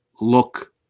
look